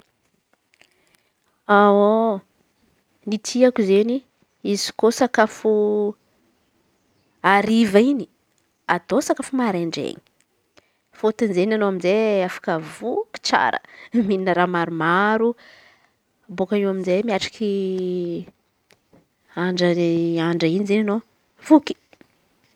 Ny tiako izen̈y izy kô sakafo hariva in̈y atô sakafo maraindreiny. Fôtony izen̈y anô amy izey afaka voky tsara mihinana raha maromaro bôaka eo amy izey miatriky andra andra in̈y zey anô voky.